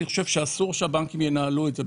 אני חושב שאסור שהבנקים ינהלו את זה,